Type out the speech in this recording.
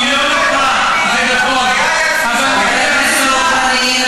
חבר הכנסת דב חנין,